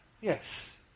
yes